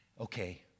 okay